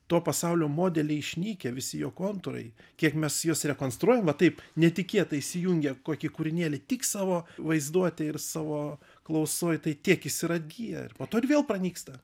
to pasaulio modely išnykę visi jo kontūrai kiek mes juos rekonstruojam va taip netikėtai įsijungę kokį kūrinėlį tik savo vaizduotėj ir savo klausoj tai tiek jis ir atgyja ir po to ir vėl pranyksta